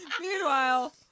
Meanwhile